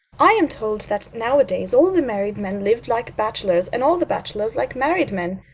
i am told that, nowadays, all the married men live like bachelors, and all the bachelors like married men.